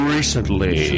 Recently